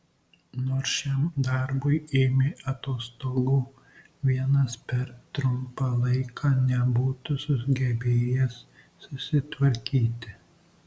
nors šiam darbui ėmė atostogų vienas per trumpą laiką nebūtų sugebėjęs susitvarkyti